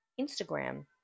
Instagram